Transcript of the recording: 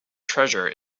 treasure